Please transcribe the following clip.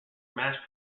mass